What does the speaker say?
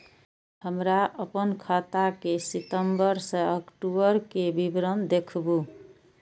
हमरा अपन खाता के सितम्बर से अक्टूबर के विवरण देखबु?